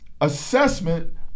assessment